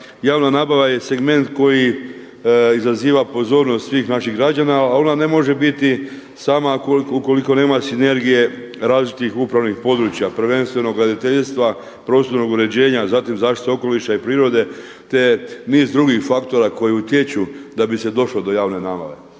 javna nabava je segment koji izaziva pozornost svih naših građana ali ona može biti sama ukoliko nema sinergije različitih upravnih područja prvenstveno graditeljstva, prostornog uređenja zatim zaštite okoliša i prirode te niz drugih faktora koji utječu da bi se došlo do javne nabave.